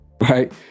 right